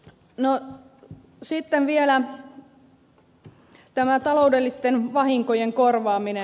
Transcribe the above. no sitten vielä tämä taloudellisten vahinkojen korvaaminen